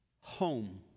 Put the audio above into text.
Home